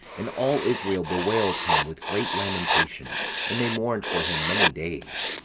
and all israel bewailed him with great lamentation and they mourned for him many days.